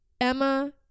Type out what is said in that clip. Emma